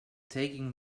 taking